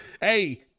Hey